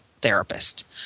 therapist